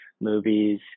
movies